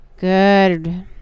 Good